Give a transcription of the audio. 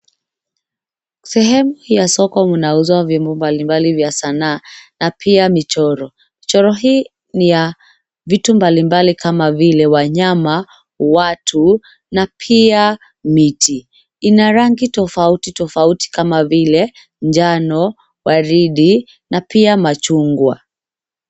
Sehemu ya soko mnauzwa vyombo mbalimbali za sanaa na pia michoro. Michoro hii ni ya vitu mbalimbali kama vile wanyama, watu na pia miti. Ina rangi tofauti tofauti kama vile njano, waridi na pia machungwa.